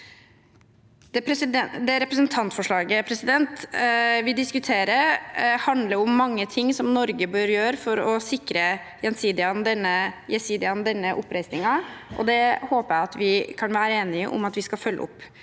Det representantforslaget vi diskuterer, handler om mange ting som Norge bør gjøre for å sikre jesidiene denne oppreisningen, og det håper jeg vi kan være enige om at vi skal følge opp.